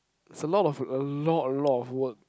it's a lot of a lot a lot of work